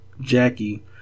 jackie